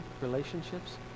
relationships